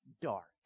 dark